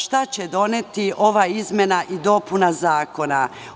Šta će doneti ova izmena i dopuna zakona?